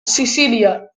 sicília